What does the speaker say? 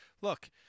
Look